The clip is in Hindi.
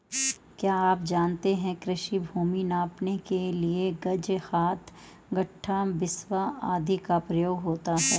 क्या आप जानते है कृषि भूमि नापने के लिए गज, हाथ, गट्ठा, बिस्बा आदि का प्रयोग होता है?